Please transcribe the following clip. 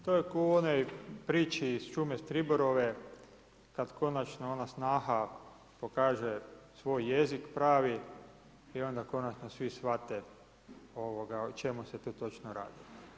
To je ko u onoj priči u Šumi Striborove, kada konačno ona snaha pokaže svoj jezik pravi i onda konačno svi shvate o čemu se tu točno radi.